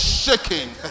shaking